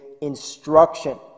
instruction